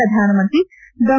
ಶ್ರಧಾನಮಂತ್ರಿ ಡಾ